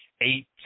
eight